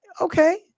okay